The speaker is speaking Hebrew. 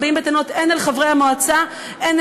הם באים בטענות הן אל חברי המועצה הן